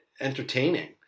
entertaining